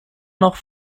noch